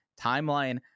timeline